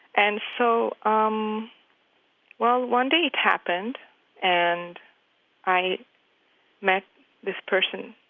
and so um well, one day it happened and i met this person,